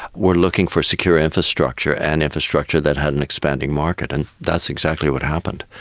were looking for secure infrastructure and infrastructure that had an expanding market, and that's exactly what happened.